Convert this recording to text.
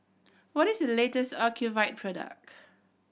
what is the latest Ocuvite product